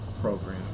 program